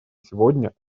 сегодня